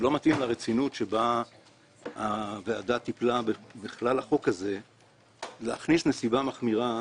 לרצינות שבה הוועדה טיפלה בכלל החוק הזה להכניס נסיבה מחמירה